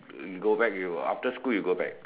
you go back you after school you go back